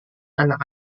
anak